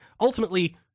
ultimately